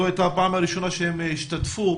זו הייתה הפעם הראשונה שהם השתתפו.